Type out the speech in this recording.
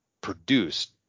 produced